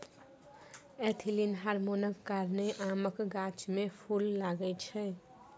ethylene हार्मोनक कारणेँ आमक गाछ मे फुल लागय छै